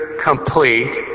complete